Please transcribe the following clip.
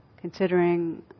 considering